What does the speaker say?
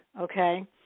okay